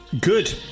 Good